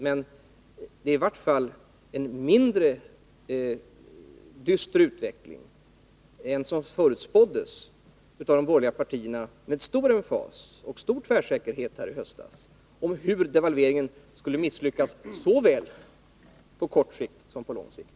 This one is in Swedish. Men det är i vart fall en mindre dyster utveckling än den som förutspåddes av de borgerliga partierna i höstas med stor emfas och stor tvärsäkerhet. Ni talade om hur devalveringen skulle misslyckas på såväl kort som lång sikt.